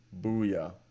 booyah